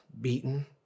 beaten